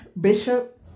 Bishop